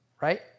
right